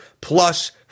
plus